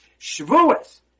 Shavuos